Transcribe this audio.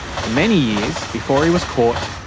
for many years, before he was caught,